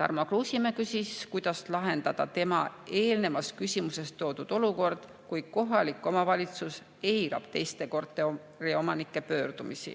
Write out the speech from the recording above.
Tarmo Kruusimäe küsis, kuidas lahendada tema eelnevas küsimuses toodud olukord, kui kohalik omavalitsus eirab teiste korteriomanike pöördumisi.